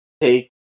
take